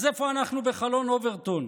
אז איפה אנחנו בחולון אוברטון?